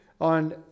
on